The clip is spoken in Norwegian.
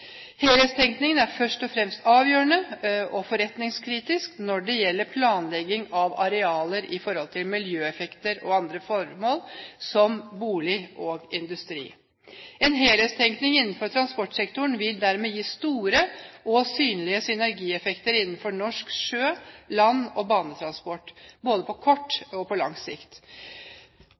er først og fremst avgjørende – og forretningskritisk – når det gjelder planlegging av arealer i forhold til miljøeffekter og andre formål, som bolig og industri. En helhetstenkning innenfor transportsektoren vil dermed gi store og synlige synergieffekter innenfor norsk sjø-, land- og banetransport, både på kort og på lang sikt.